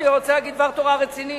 אני רוצה להגיד דבר תורה רציני.